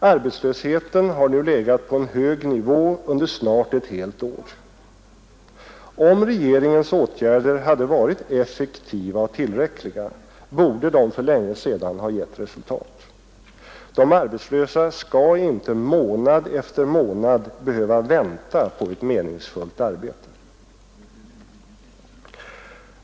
Arbetslösheten har nu legat på en hög nivå under snart ett helt år. Om regeringens åtgärder hade varit effektiva och tillräckliga, borde de för länge sedan ha gett resultat. De arbetslösa skall inte månad efter månad behöva vänta på ett meningsfullt arbete.